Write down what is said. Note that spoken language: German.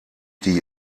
die